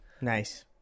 nice